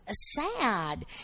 sad